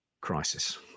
crisis